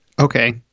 Okay